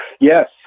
Yes